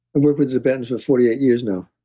worked with the tibetans for forty eight years now.